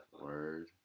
Word